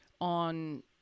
on